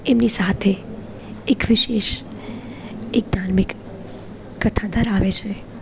એમની સાથે એક વિશેષ એક ધાર્મિક કથા ધરાવે છે